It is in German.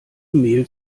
mehl